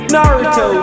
Naruto